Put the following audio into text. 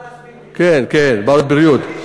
חלאס, מיקי, כן, כן, בעיות בריאות.